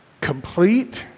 complete